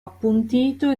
appuntito